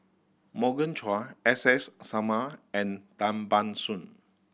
Morgan Chua S S Sarma and Tan Ban Soon